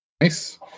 Nice